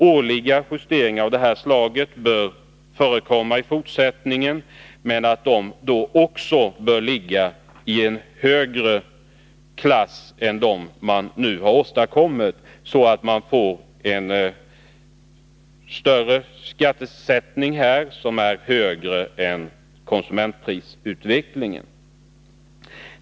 Årliga justeringar av detta slag bör göras i fortsättningen, men de bör då vara större än den som man nu har åstadkommit så att skatterna höjs mer än konsumentprisutvecklingen.